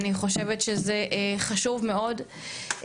אני חושבת שזה חשוב מאוד,